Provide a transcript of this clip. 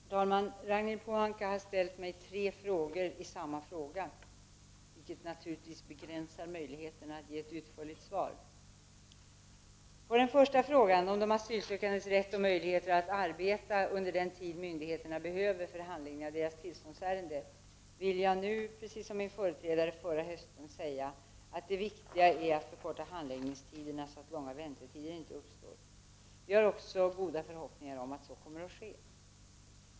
Herr talman! Ragnhild Pohanka har ställt mig tre frågor i samma fråga, vilket naturligtvis begränsar möjligheterna att ge ett utförligt svar. På den första frågan om de asylsökandes rätt och möjlighet att arbeta under den tid myndigheterna behöver för handläggning av deras tillståndsärende, vill jag nu — som min företrädare förra hösten — säga att det viktiga är att förkorta handläggningstiderna så att långa väntetider inte uppstår. Vi har också goda förhoppningar om att så kommer att ske.